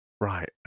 right